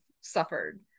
suffered